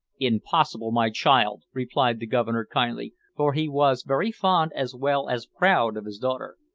impossible, my child, replied the governor kindly, for he was very fond as well as proud of his daughter.